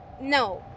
No